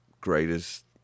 greatest